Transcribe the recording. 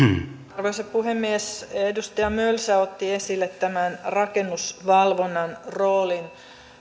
arvoisa puhemies edustaja mölsä otti esille tämän rakennusvalvonnan roolin